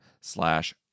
slash